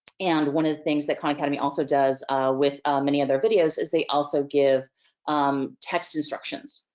and one of the things that khan academy also does with many of their videos, is they also give um text instructions.